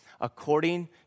According